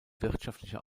wirtschaftlicher